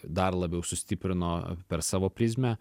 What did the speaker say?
dar labiau sustiprino per savo prizmę